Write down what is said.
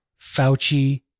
Fauci